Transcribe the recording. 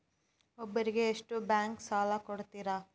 ಒಬ್ಬರಿಗೆ ಎಷ್ಟು ಬ್ಯಾಂಕ್ ಸಾಲ ಕೊಡ್ತಾರೆ?